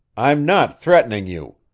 i'm not threatening you.